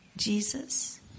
Jesus